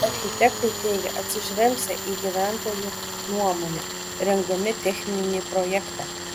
architektai teigė atsižvelgsią į gyventojų nuomonę rengdami techninį projektą